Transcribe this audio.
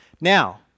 Now